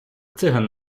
циган